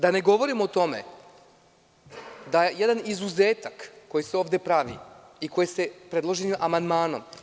Da ne govorim o tome da jedan izuzetak koji se ovde pravi predloženim amandmanom…